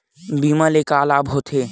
बीमा ले का लाभ होथे?